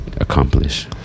accomplish